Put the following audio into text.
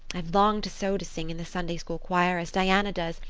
i've longed so to sing in the sunday-school choir, as diana does,